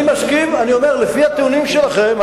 אני מסכים, אני אומר, לפי טיעונים שלכם.